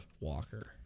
walker